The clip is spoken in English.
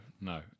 no